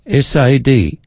SAD